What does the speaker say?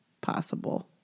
possible